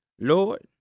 Lord